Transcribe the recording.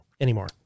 anymore